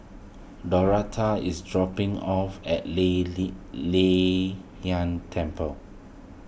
Doretha is dropping off at Lei Lei Yin Temple